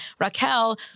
Raquel